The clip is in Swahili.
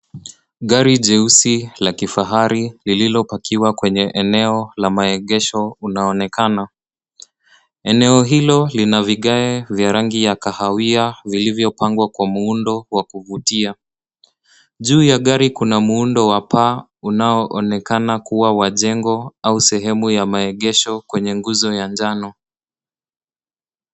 Gari jeusi la kifahari lililopakiwa kwenye eneo la maegesho unaonekana. Eneo hilo lina vigae vya rangi ya kahawia vilivyopangwa kwa muundo wa kuvutia. Juu ya gari kuna muundo wa paa unaoonekana kuwa wajengo au sehemu ya maegesho kwenye nguzo ya njano.